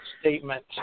statement